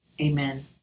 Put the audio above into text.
amen